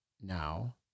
Now